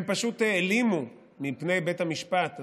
הם פשוט העלימו מפני בית המשפט,